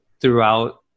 throughout